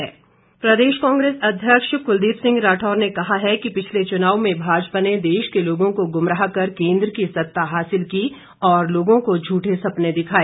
कुलदीप राठौर प्रदेश कांग्रेस अध्यक्ष कुलदीप सिंह राठौर ने कहा है कि पिछले चुनाव में भाजपा ने देश के लोगों को गुमराह कर केन्द्र की सत्ता हासिल की और लोगों को झूठे सपने दिखाए